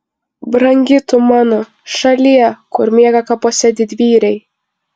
brangi tu mano šalie kur miega kapuose didvyriai